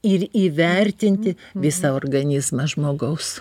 ir įvertinti visą organizmą žmogaus